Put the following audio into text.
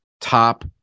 top